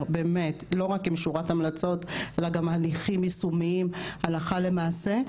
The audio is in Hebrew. באמת לא רק עם שורת המלצות אלא גם הליכים יישומיים הלכה למעשה,